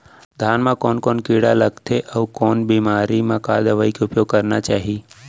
धान म कोन कोन कीड़ा लगथे अऊ कोन बेमारी म का दवई के उपयोग करना चाही?